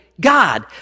God